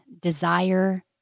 desire